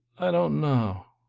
i don't know.